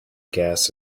gas